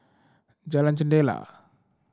Jalan Jendela